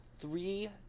Three